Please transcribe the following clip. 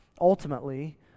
ultimately